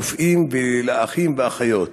לרופאים, לאחים ולאחיות.